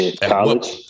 college